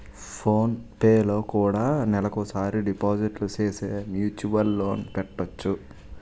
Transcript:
phone పేలో కూడా నెలకోసారి డిపాజిట్లు సేసి మ్యూచువల్ లోన్ పెట్టొచ్చు